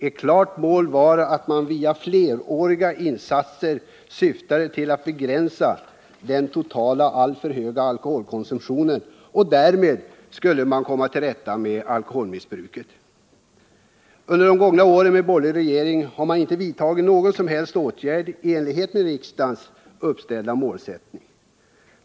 Ett klart mål var att man via fleråriga insatser skulle begränsa den totala, alltför höga alkoholkonsumtionen, och därmed skulle man komma till rätta med alkoholmissbruket. Under de gångna åren med borgerlig regering har man icke vidtagit någon som helst åtgärd i enlighet med riksdagens uppställda målsättning.